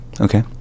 Okay